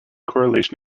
correlation